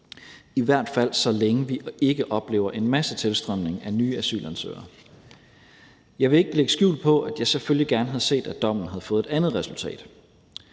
i hvert fald så længe vi ikke oplever en massetilstrømning af nye asylansøgere. Jeg vil ikke lægge skjul på, at jeg selvfølgelig gerne havde set, at dommen havde fået et andet resultat.